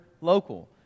local